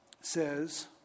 says